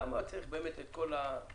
למה צריך את כל ה-F35?